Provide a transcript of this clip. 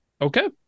Okay